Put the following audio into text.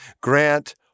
grant